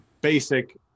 basic